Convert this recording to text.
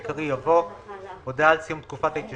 לא על שבע שנים אלא על חמש שנים,